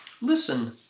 Listen